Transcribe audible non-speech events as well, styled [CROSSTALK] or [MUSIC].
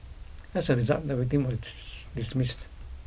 as a result the victim was [NOISE] dismissed